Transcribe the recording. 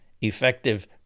effective